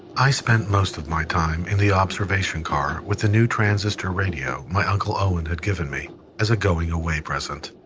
i spent most of my time in the observation car with a new transistor radio my uncle owen had given me as a going-away present.